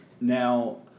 Now